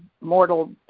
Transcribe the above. mortal